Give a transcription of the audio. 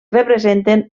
representen